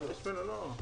קושניר.